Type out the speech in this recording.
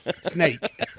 snake